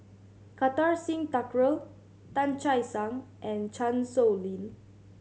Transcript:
Kartar Singh Thakral Tan Che Sang and Chan Sow Lin